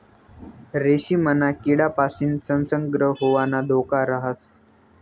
रेशीमना किडापासीन संसर्ग होवाना धोका राहस